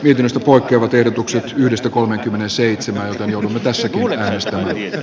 yhdestä polkevat ehdotukset yhdestä kolmekymmentäseitsemän on tässäkin hän sanoi